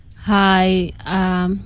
Hi